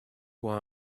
why